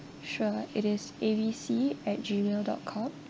sure it is A B C at gmail dot com